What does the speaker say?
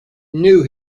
knew